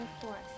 forest